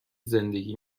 زندگی